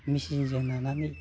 मिसिनजों नानानै